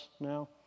now